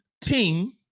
team